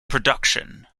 production